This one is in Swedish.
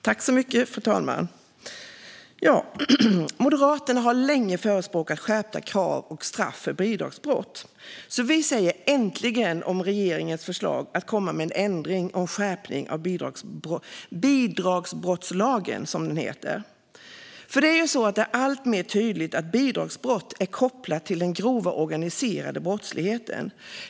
Fru talman! Moderaterna har länge förespråkat skärpta krav och skärpta straff för bidragsbrott, så vi säger "äntligen" om regeringens förslag att komma med en ändring och skärpning av bidragsbrottslagen. Det är alltmer tydligt att bidragsbrott är kopplade till den grova organiserade brottsligheten.